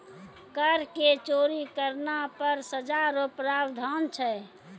कर के चोरी करना पर सजा रो प्रावधान छै